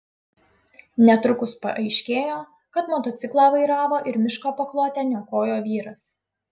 netrukus paaiškėjo kad motociklą vairavo ir miško paklotę niokojo vyras